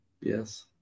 yes